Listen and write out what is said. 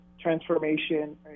transformation